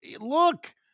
Look